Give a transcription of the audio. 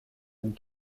une